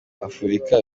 afurika